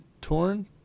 torn